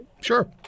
Sure